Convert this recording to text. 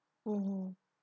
mmhmm